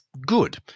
good